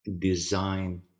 design